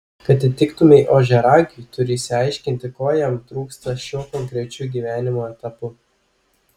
kad įtiktumei ožiaragiui turi išsiaiškinti ko jam trūksta šiuo konkrečiu gyvenimo etapu